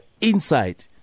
inside